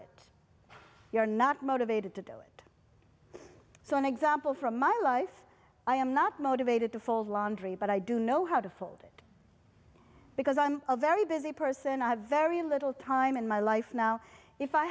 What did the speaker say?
it you're not motivated to do it so an example from my life i am not motivated to fold laundry but i do know how to fold it because i'm a very busy person i have very little time in my life now if i